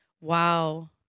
Wow